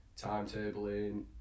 timetabling